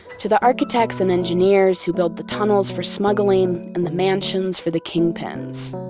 to the architects and engineers who build the tunnels for smuggling and the mansions for the kingpins,